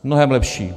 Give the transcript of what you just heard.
Mnohem lepší!